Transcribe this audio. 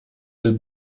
will